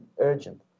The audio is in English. urgent